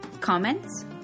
comments